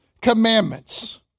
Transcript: commandments